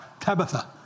Tabitha